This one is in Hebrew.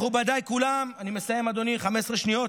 מכובדיי כולם, אני מסיים, אדוני, 15 שניות